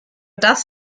das